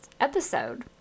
episode